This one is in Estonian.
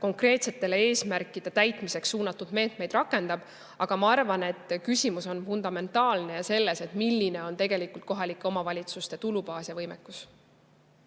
konkreetsete eesmärkide täitmiseks suunatud meetmeid rakendab. Ma arvan, et küsimus on fundamentaalne ja [küsimus on] selles, milline on tegelikult kohalike omavalitsuste tulubaas ja võimekus.